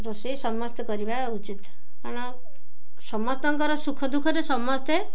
ରୋଷେଇ ସମସ୍ତେ କରିବା ଉଚିତ୍ କାରଣ ସମସ୍ତଙ୍କର ସୁଖ ଦୁଃଖରେ ସମସ୍ତେ